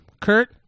Kurt